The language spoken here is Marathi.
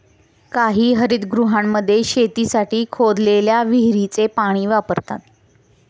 काही हरितगृहांमध्ये शेतीसाठी खोदलेल्या विहिरीचे पाणी वापरतात